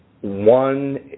one